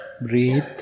breathe